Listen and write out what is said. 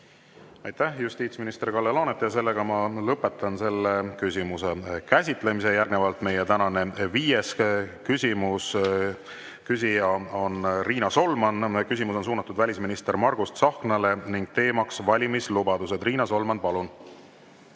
Aitäh, justiitsminister Kalle Laanet! Ma lõpetan selle küsimuse käsitlemise. Järgnevalt meie tänane viies küsimus. Küsija on Riina Solman, küsimus on suunatud välisminister Margus Tsahknale ning teemaks on valimislubadused. Riina Solman, palun!